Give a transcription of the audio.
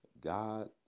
God